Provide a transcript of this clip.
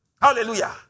Hallelujah